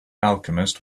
alchemist